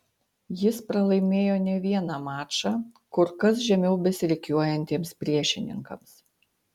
jis pralaimėjo ne vieną mačą kur kas žemiau besirikiuojantiems priešininkams